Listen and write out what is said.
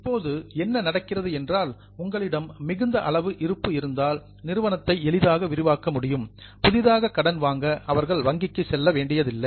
இப்போது என்ன நடக்கிறது என்றால் உங்களிடம் மிகுந்த அளவு இருப்பு இருந்தால் நிறுவனத்தை எளிதாக விரிவாக்க முடியும் புதிதாக கடன் வாங்க அவர்கள் வங்கிக்கு செல்ல வேண்டியதில்லை